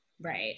right